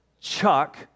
chuck